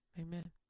Amen